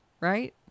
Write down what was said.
right